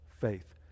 faith